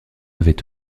avait